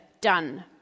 done